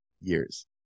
years